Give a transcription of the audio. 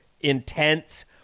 intense